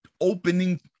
opening